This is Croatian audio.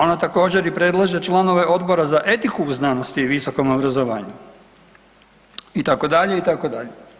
Ona također i predlaže članove Odbora za etiku u znanosti i visokom obrazovanju itd. itd.